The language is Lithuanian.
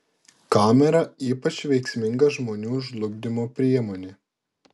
kamera ypač veiksminga žmonių žlugdymo priemonė